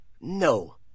No